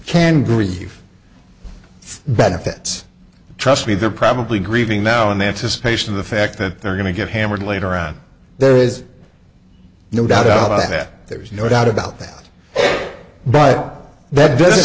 can grieve benefits trust me they're probably grieving now in anticipation of the fact that they're going to get hammered later on there is no doubt about that there's no doubt about that but that this